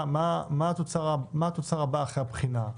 מה התוצר הבא אחרי הבחינה?